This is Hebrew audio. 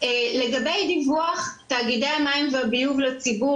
לגבי דיווח תאגידי המים והביוב לציבור